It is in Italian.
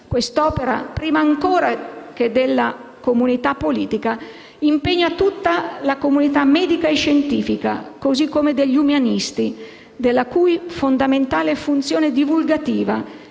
Quest'opera, prima ancora della comunità politica, impegna tutta la comunità medica e scientifica, così come gli umanisti, della cui fondamentale funzione divulgativa